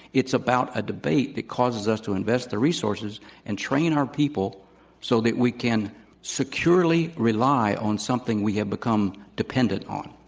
it's about a debate that causes us to invest the resources and train our people so that we can securely rely on something we have become dependent on.